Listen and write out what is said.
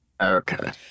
Okay